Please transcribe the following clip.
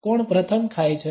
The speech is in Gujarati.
કોણ પ્રથમ ખાય છે